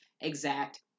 exact